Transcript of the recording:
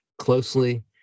closely